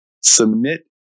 submit